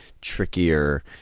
trickier